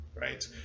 right